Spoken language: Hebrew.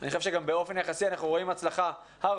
אני חושב גם שבאופן יחסי אנחנו רואים הצלחה הרבה